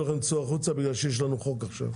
לכם צאו החוצה בגלל שיש לנו חוק עכשיו.